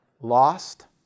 Lost